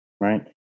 right